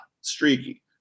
Streaky